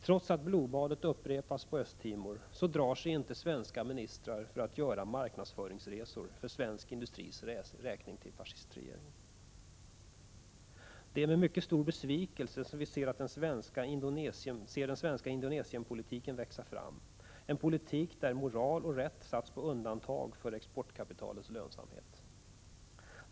Trots att blodbadet upprepas på Östtimor så drar sig inte svenska ministrar att göra marknadsföringsresor för svensk industris räkning till fascistregimen. Det är med mycket stor besvikelse som vi ser den svenska indonesienpolitiken växa fram — en politik där moral och rätt satts på undantag för exportkapitalets lönsamhet.